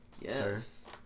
Yes